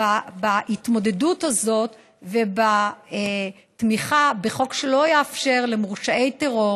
בהתמודדות הזאת ובתמיכה בחוק שלא יאפשר למורשעי טרור